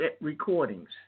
recordings